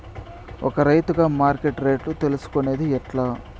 ఒక రైతుగా మార్కెట్ రేట్లు తెలుసుకొనేది ఎట్లా?